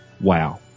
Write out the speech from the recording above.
wow